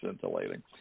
scintillating